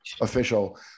official